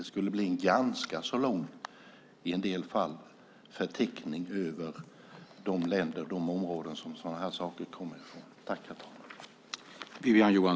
Det skulle bli en ganska så lång förteckning över de länder och områden som sådana här saker kommer från.